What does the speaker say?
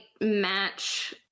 match